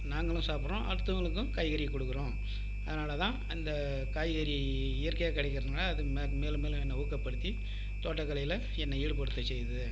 நாங்களும் சாப்பிட்றோம் அடுத்தவர்களுக்கு காய்கறியை கொடுக்குறோம் அதனால்தான் அந்த காய்கறி இயற்கையாக கிடைக்கிறதுனால அது மே மேலும் மேலும் என்னை ஊக்கப்படுத்தி தோட்டக்கலையில் என்ன ஈடுபடுத்தச் செய்யுது